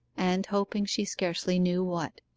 and hoping she scarcely knew what.